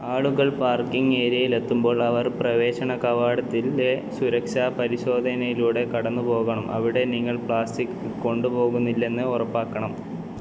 ആളുകൾ പാർക്കിംഗ് ഏരിയയിലെത്തുമ്പോൾ അവർ പ്രവേശന കവാടത്തിലെ സുരക്ഷാ പരിശോധനയിലൂടെ കടന്നു പോകണം അവിടെ നിങ്ങൾ പ്ലാസ്റ്റിക് കൊണ്ടുപോകുന്നില്ലെന്ന് ഉറപ്പാക്കണം